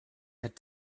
had